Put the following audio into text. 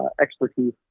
expertise